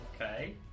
Okay